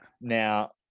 now